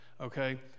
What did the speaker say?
okay